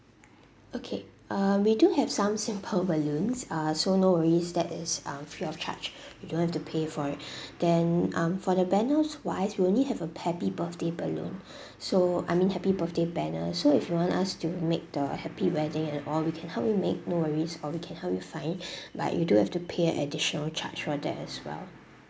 okay uh we do have some simple balloons uh so no worries that is um free of charge you don't have to pay for it then um for the banners wise we only have a happy birthday balloons so I mean happy birthday banner so if you want us to make the happy wedding and all we can help you make no worries or we can help you find but you do have to pay an additional charge for that as well